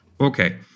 Okay